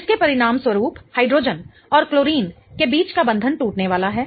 जिसके परिणामस्वरूप हाइड्रोजन और क्लोरीन के बीच का बंधन टूटने वाला है